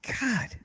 God